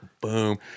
boom